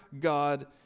God